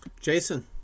Jason